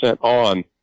on